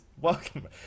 welcome